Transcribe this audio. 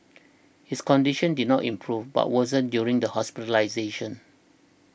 his condition did not improve but worsened during the hospitalisation